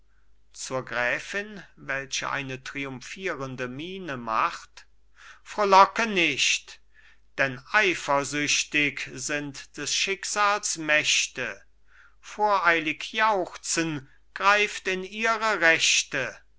zur gräfin welche eine triumphierende miene macht frohlocke nicht denn eifersüchtig sind des schicksals mächte voreilig jauchzen greift in ihre rechte